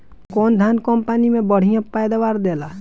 कौन धान कम पानी में बढ़या पैदावार देला?